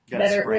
better